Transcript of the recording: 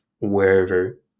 wherever